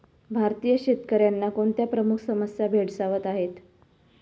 भारतीय शेतकऱ्यांना कोणत्या प्रमुख समस्या भेडसावत आहेत?